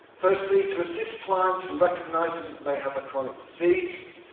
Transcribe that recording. firstly to assist clients and recognizes that they have a chronic disease.